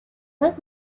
does